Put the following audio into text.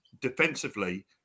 defensively